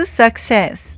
success